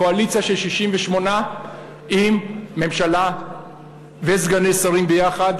קואליציה של 68 עם ממשלה וסגני שרים ביחד,